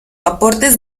aportes